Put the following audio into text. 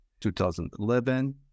2011